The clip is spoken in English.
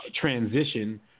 transition